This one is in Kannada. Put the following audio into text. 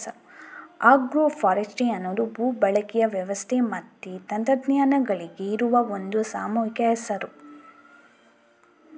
ಆಗ್ರೋ ಫಾರೆಸ್ಟ್ರಿ ಅನ್ನುದು ಭೂ ಬಳಕೆಯ ವ್ಯವಸ್ಥೆ ಮತ್ತೆ ತಂತ್ರಜ್ಞಾನಗಳಿಗೆ ಇರುವ ಒಂದು ಸಾಮೂಹಿಕ ಹೆಸರು